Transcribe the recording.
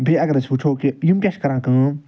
بیٚیہِ اگر أسۍ وٕچھو کہ یِم کیاہ چھِ کران کٲم